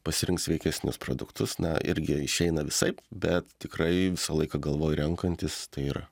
pasirinkt sveikesnius produktus na irgi išeina visaip bet tikrai visą laiką galvoju renkantis tai yra